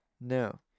No